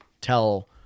tell